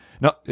no